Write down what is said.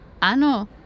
Ano